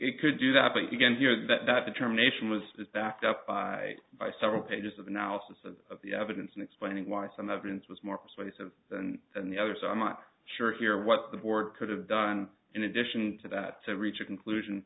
it could do that but you didn't hear that that determination was backed up by several pages of analysis of the evidence and explaining why some evidence was more persuasive than and the other so i'm not sure here what the board could have done in addition to that to reach a conclusion